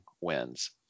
wins